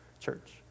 church